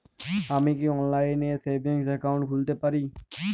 আমি কি অনলাইন এ সেভিংস অ্যাকাউন্ট খুলতে পারি?